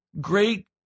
Great